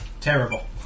terrible